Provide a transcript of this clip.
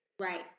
right